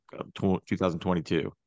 2022